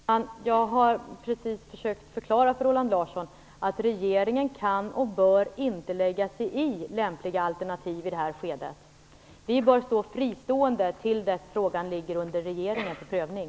Fru talman! Jag har precis försökt förklara för Roland Larsson att regeringen inte kan och bör lägga sig i lämpliga alternativ i det här skedet. Vi bör vara fristående till dess frågan ligger under regeringens prövning.